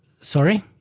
Sorry